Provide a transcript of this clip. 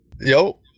yo